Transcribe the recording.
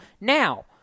Now